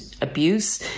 abuse